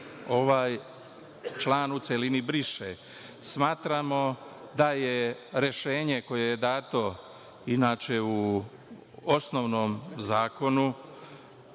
ovaj član u celini briše. Smatramo da je rešenje koje je dato inače u osnovnom zakonu